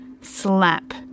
Slap